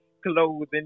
Clothing